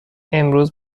امروز